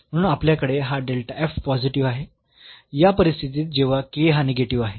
म्हणून आपल्याकडे हा पॉझिटिव्ह आहे या परिस्थितीत जेव्हा हा निगेटिव्ह आहे